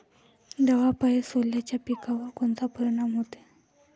दवापायी सोल्याच्या पिकावर कोनचा परिनाम व्हते?